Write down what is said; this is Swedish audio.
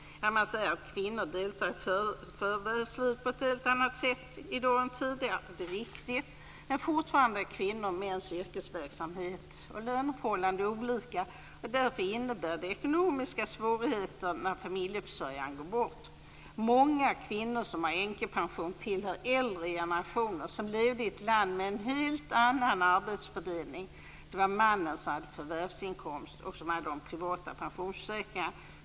Ja, man säger att kvinnor i dag på ett helt annat sätt än tidigare deltar i förvärvslivet. Detta är riktigt, men fortfarande är kvinnors och mäns yrkesverksamhet och löneförhållanden olika. Därför innebär det ekonomiska svårigheter när familjeförsörjaren går bort. Många kvinnor som har änkepension tillhör generationer som levde i ett land med en helt annan arbetsfördelning. Det var mannen som hade förvärvsinkomst och privata pensionsförsäkringar.